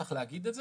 צריך להגיד את זה,